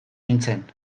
nintzen